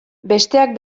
besteak